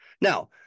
Now